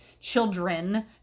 children